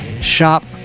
Shop